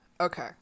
Okay